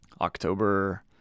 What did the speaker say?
October